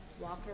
Walker